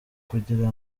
kugira